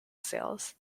sales